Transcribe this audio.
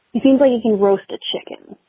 seems like he roasted chicken